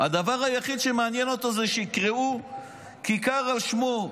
הדבר היחיד שמעניין אותו הוא שיקראו כיכר על שמו.